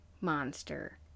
monster